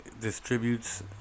distributes